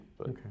Okay